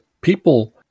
people